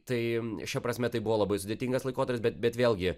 tai šia prasme tai buvo labai sudėtingas laikotarpis bet bet vėlgi